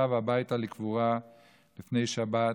שב הביתה לקבורה לפני שבת.